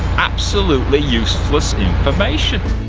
absolutely useless information.